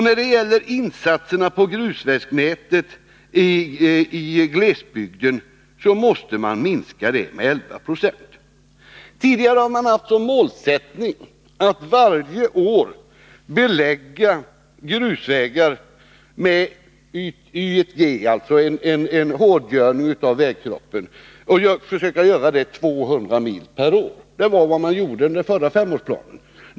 När det gäller insatserna på grusvägsnätet i glesbygden måste man minska dem med 11 20. Tidigare har man haft som målsättning att belägga grusvägar med Y 1G, alltså en hårdgörning av vägkroppen, 200 mil per år. Det var vad man gjorde under förra femårsplanen.